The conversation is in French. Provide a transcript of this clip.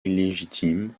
illégitime